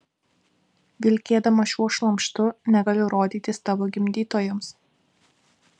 vilkėdama šiuo šlamštu negaliu rodytis tavo gimdytojams